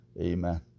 Amen